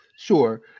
Sure